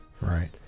Right